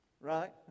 right